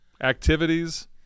activities